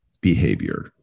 behavior